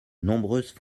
nombreuses